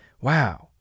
wow